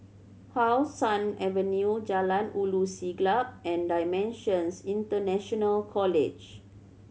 How Sun Avenue Jalan Ulu Siglap and Dimensions International College